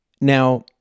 Now